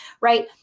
right